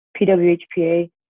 PWHPA